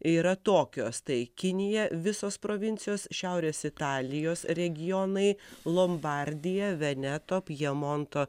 yra tokios tai kinija visos provincijos šiaurės italijos regionai lombardija veneto pjemonto